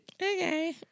Okay